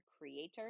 Creator